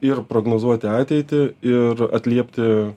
ir prognozuoti ateitį ir atliepti